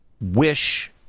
wish